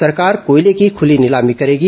सरकार कोयले की खुली नीलामी करेगी